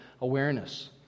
awareness